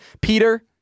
Peter